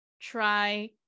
try